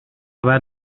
خبر